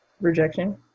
rejection